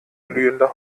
glühender